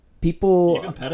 people